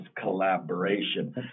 collaboration